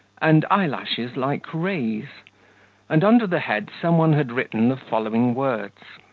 and eyelashes like rays and under the head some one had written the following words